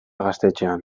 gaztetxean